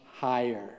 higher